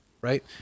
right